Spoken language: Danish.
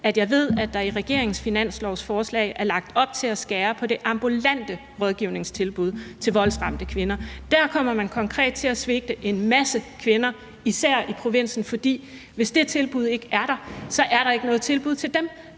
jeg ved, at der i regeringens finanslovsforslag er lagt op til at skære på det ambulante rådgivningstilbud til voldsramte kvinder. Der kommer man konkret til at svigte en masse kvinder, især i provinsen, for hvis det tilbud ikke er der, er der ikke noget tilbud til dem.